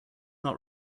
not